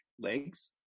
legs